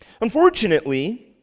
Unfortunately